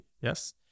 yes